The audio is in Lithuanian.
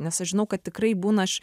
nes aš žinau kad tikrai būna aš